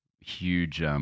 huge